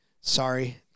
Sorry